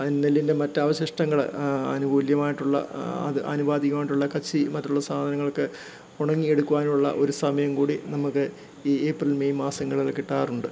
അതിൽ നെല്ലിന്റെ മറ്റവശിഷ്ടങ്ങള് ആനുകൂല്യമായിട്ടുള്ള ആനുപാതികമായിട്ടുള്ള കച്ചി മറ്റുള്ള സാധനങ്ങളൊക്കെ ഉണങ്ങിയെടുക്കുവാനുള്ള ഒരു സമയം കൂടി നമുക്ക് ഈ ഏപ്രിൽ മെയ് മാസങ്ങളില് കിട്ടാറുണ്ട്